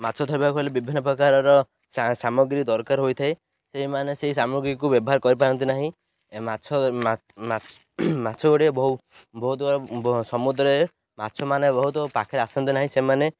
ମାଛ ଧରବାକୁ ହେଲେ ବିଭିନ୍ନ ପ୍ରକାରର ସାମଗ୍ରୀ ଦରକାର ହୋଇଥାଏ ସେଇମାନେ ସେଇ ସାମଗ୍ରୀକୁ ବ୍ୟବହାର କରିପାରନ୍ତି ନାହିଁ ମାଛ ମାଛ ଗୁଡ଼ିଏ ବହୁ ବହୁତ ସମୁଦ୍ରରେ ମାଛମାନେ ବହୁତ ପାଖରେ ଆସନ୍ତି ନାହିଁ ସେମାନେ